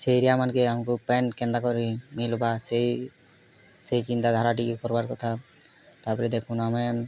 ସେ ଏରିଆ ମାନକେ ଆମକୁ ପାନ୍ କେନ୍ତା କରି ମିଲବା ସେଇ ସେଇ ଚିନ୍ତାଧାରା ଟିକେ କରବାର୍ କଥା ତା'ପରେ ଦେଖୁନ୍ ଆମେ